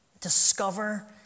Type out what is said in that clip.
discover